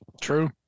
True